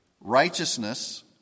Righteousness